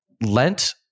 Lent